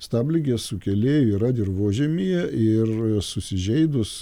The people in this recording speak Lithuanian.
stabligės sukėlėjų yra dirvožemyje ir susižeidus